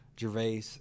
Gervais